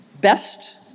best